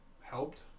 helped